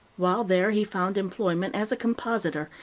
while there he found employment as a compositor,